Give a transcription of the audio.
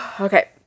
Okay